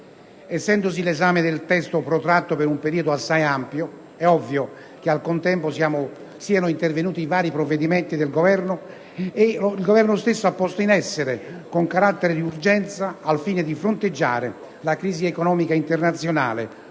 Essendosi l'esame del testo protratto per un periodo assai ampio, è ovvio che al contempo siano intervenuti vari provvedimenti che il Governo ha posto in essere, con carattere di urgenza, al fine di fronteggiare la crisi economica internazionale,